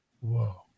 whoa